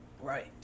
Right